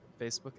Facebook